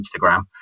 Instagram